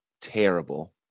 terrible